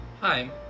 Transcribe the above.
Hi